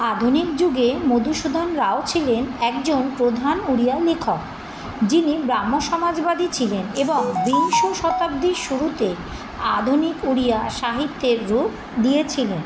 আধুনিক যুগে মধুসূদন রাও ছিলেন একজন প্রধান উড়িয়া লেখক যিনি ব্রাহ্মসমাজবাদী ছিলেন এবং বিংশ শতাব্দীর শুরুতে আধুনিক উড়িয়া সাহিত্যের রূপ দিয়েছিলেন